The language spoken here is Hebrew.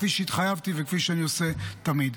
כפי שהתחייבתי וכפי שאני עושה תמיד.